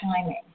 timing